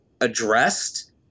addressed